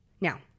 Now